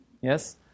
yes